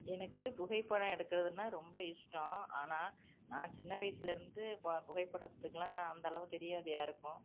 எனக்கு புகைப்படம் எடுக்கிறதுனா ரொம்ப இஷ்டம் ஆனால் நான் சின்ன வயசில் இருந்து ப புகைப்படத்துக்கெலாம் நான் அந்தளவு தெரியாது யாருக்கும்